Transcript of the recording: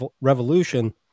Revolution